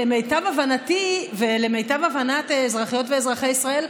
למיטב הבנתי ולמיטב הבנת אזרחיות ואזרחי ישראל,